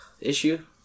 issue